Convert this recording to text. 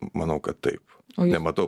manau kad taip nematau